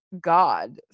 God